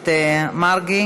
ראשונה.